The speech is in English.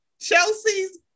Chelsea's